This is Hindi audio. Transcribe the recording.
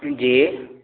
जी